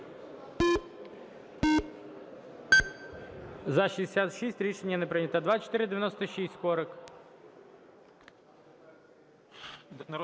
За-66 Рішення не прийнято. 2496, Скорик.